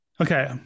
Okay